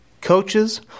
coaches